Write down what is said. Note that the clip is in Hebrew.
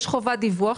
יש חובת דיווח.